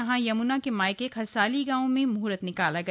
मां यम्ना के मायके खरसाली गांव में मुहूर्त निकाला गया